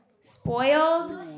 spoiled